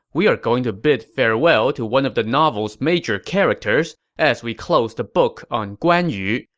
we're going to bid farewell to one of the novel's major characters as we close the book on guan yu,